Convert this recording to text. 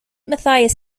mathias